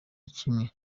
kimwe